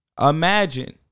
Imagine